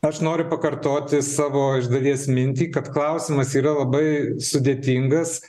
aš noriu pakartoti savo iš dalies mintį kad klausimas yra labai sudėtingas